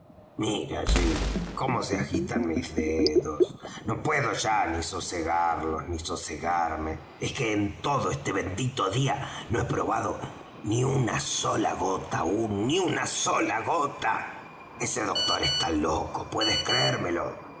jim cómo se agitan mis dedos no puedo ya ni sosegarlos ni sosegarme es que en todo este bendito día no he probado ni una gota aún ni una sola gota ese doctor está loco puedes creérmelo